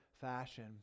fashion